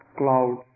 cloud